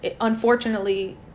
unfortunately